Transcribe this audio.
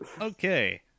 Okay